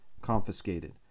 confiscated